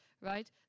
right